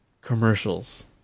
commercials